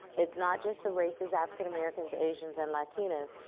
it's not just the race is african-americans, asians and latinas,